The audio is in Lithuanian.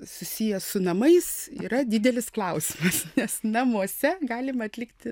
susijęs su namais yra didelis klausimas nes namuose galim atlikti